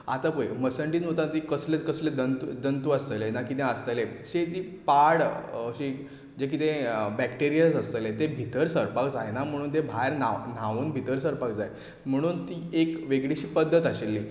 आतां पळय मसंडींत वता पळय थंय कसले कसले जंतू आसतले ना कितें आसतलें अशें ती पाड जें कितें बॅक्टेरियाज आसतले ते भितर सरपाक जायना म्हणून ते भायर न्हांवन भितर सरपाक जाय म्हणून ती एक वेगळीशी पद्दत आशिल्ली